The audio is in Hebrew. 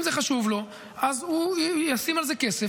אם זה חשוב לו, אז הוא ישים על זה כסף.